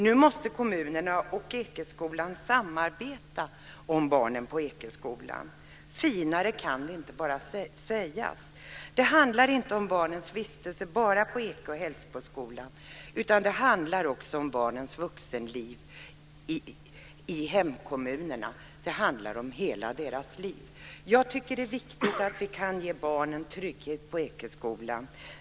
Nu måste kommunerna och Ekeskolan samarbeta om barnen på skolan. Finare kan det inte sägas. Det handlar inte bara om barnens vistelse på Ekeskolan och Hällsboskolan utan också om barnens liv i hemkommunerna. Det handlar om deras hela liv. Jag tycker att det är viktigt att vi kan ge barnen trygghet på Ekeskolan.